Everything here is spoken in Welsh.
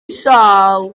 sâl